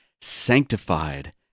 sanctified